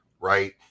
Right